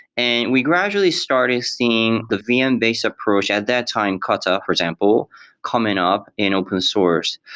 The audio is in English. and we gradually started seeing the vm based approach at that time but for example coming up in open source.